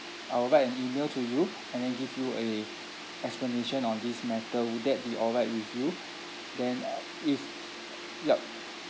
I will write an email to you and then give you a explanation on this matter would that be all right with you then if yup